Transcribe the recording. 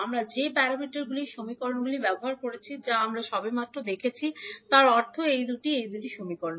আমরা যে প্যারামিটারগুলির সমীকরণগুলি ব্যবহার করেছি যা আমরা সবেমাত্র দেখেছি তার অর্থ এই দুটি এই দুটি সমীকরণ